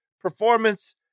performance